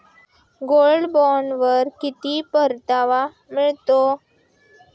Gold बॉण्डवर किती परतावा मिळतो?